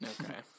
Okay